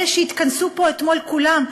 אלה שהתכנסו פה אתמול כולם,